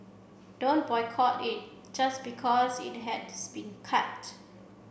don't boycott it just because it has been cut